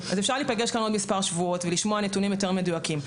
אז אפשר להיפגש כאן עוד מספר שבועות ולשמוע נתונים יותר מדויקים.